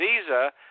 visa